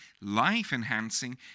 life-enhancing